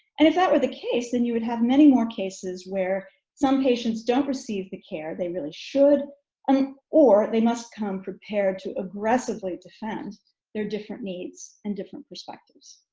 and if that were the case then you would have many more cases where some patients don't receive the care they really should um or they must come prepared to aggressively defend their different needs and different perspectives.